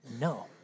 No